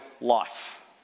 life